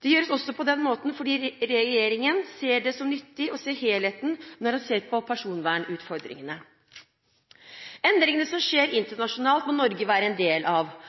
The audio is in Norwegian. Det gjøres også på den måten fordi regjeringen ser det som nyttig å se helheten, når en ser på personvernutfordringene. Endringene som skjer internasjonalt, må Norge være en del av,